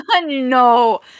no